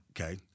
Okay